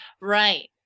Right